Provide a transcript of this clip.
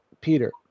Peter